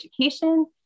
education